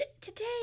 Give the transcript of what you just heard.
today